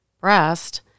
breast